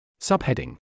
Subheading